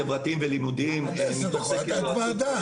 חברתיים ולימודיים הם --- את ועדה,